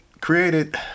created